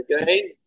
Again